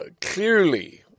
clearly